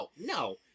no